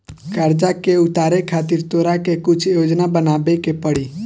कर्जा के उतारे खातिर तोरा के कुछ योजना बनाबे के पड़ी